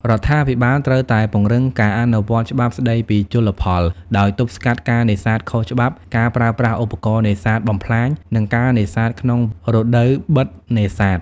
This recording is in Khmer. រដ្ឋាភិបាលត្រូវតែពង្រឹងការអនុវត្តច្បាប់ស្ដីពីជលផល ដោយទប់ស្កាត់ការនេសាទខុសច្បាប់ ការប្រើប្រាស់ឧបករណ៍នេសាទបំផ្លាញ និងការនេសាទក្នុងរដូវបិទនេសាទ។